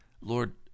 Lord